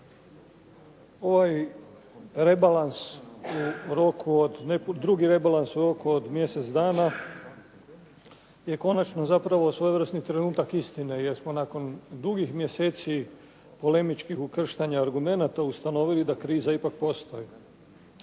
drugi rebalans u roku od mjesec dana je konačno zapravo svojevrsni trenutak istine jer smo nakon dugih mjeseci polemičkih ukrštanja argumenata ustanovili da kriza ipak postoji.